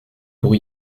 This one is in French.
pour